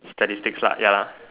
statistics ya